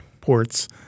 ports